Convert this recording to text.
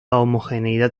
homogeneidad